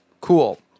Cool